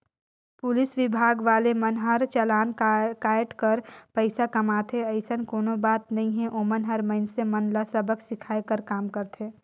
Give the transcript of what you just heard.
police विभाग वाले मन हर चलान कायट कर पइसा कमाथे अइसन कोनो बात नइ हे ओमन हर मइनसे मन ल सबक सीखये कर काम करथे